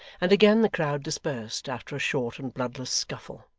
and again the crowd dispersed after a short and bloodless scuffle.